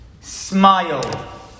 Smile